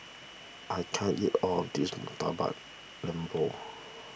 I can't eat all of this Murtabak Lembu